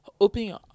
opening